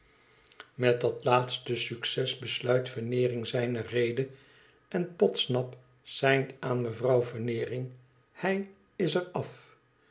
met dat laatste succes besluit veneering zijne rede en podsnap seint aan mevrouw veneering t hij is er af